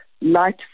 light